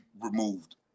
removed